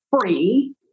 free